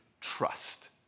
trust